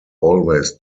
always